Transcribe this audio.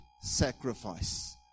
sacrifice